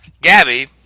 Gabby